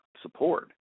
support